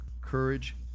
Courage